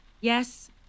Yes